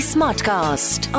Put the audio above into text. Smartcast